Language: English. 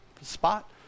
spot